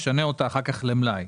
משנה אותה אחר כך למלאי.